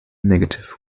negative